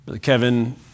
Kevin